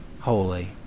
holy